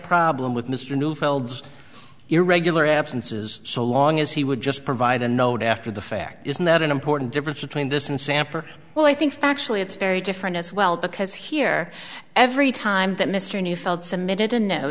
problem with mr neufeld irregular absences so long as he would just provide a note after the fact isn't that an important difference between this and samper well i think factually it's very different as well because here every time that mr neufeld submitted a no